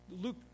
Luke